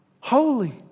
holy